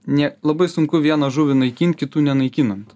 nė labai sunku vieną žuvį naikint kitų nenaikinant